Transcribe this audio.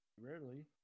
rarely